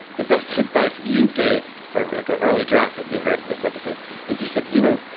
the best advice you gave for, like, a early draft that you heard of this episode is you said, you know,